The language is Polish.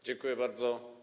Dziękuję bardzo.